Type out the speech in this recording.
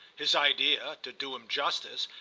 his idea, to do him justice,